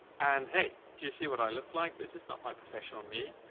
and hey, do you see what i looked like? this is not my professional me,